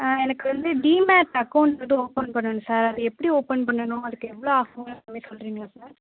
ஆ எனக்கு வந்து demat account வந்து ஓப்பன் பண்ணணும் சார் எப்படி ஓப்பன் பண்ணணும் அதுக்கு எவ்வளோ ஆகும் அப்படினு சொல்கிறிங்களா சார்